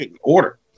order